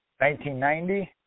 1990